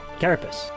Carapace